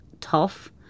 tough